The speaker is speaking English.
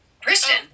Kristen